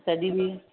तॾहिं बि